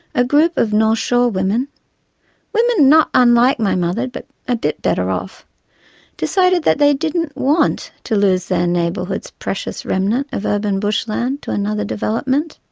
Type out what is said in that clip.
a group of north shore women women not unlike my mother, but a bit better off decided that they didn't want to lose their neighbourhood's precious remnant of urban bushland to another development.